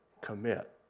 commit